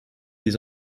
des